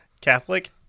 Catholic